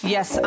Yes